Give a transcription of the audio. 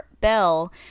Bell